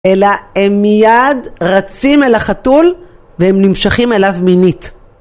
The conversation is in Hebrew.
אלא הם מיד רצים אל החתול והם נמשכים אליו מינית.